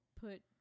put